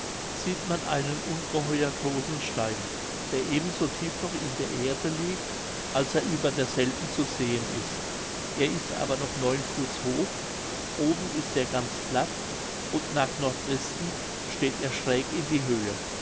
sieht man einen ungeheuer großen stein der eben so tief noch in der erde liegt als er über derselben zu sehen ist er ist aber noch neun fuß hoch oben ist er ganz platt und nach nordwesten steht er schräg in die höhe